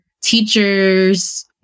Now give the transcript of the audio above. teachers